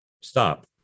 Stop